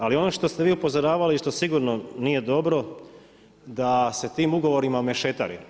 Ali ono što ste vi upozoravali i što sigurno nije dobro, da se tim ugovorima mešetari.